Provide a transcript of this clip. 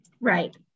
right